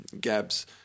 gaps